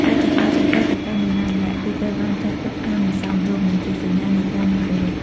ការចង្អុលចង្កឹះទៅកាន់នរណាម្នាក់ គឺត្រូវបានចាត់ទុកថាមិនសមរម្យ និងជាសញ្ញានៃការមិនគោរព។